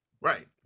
right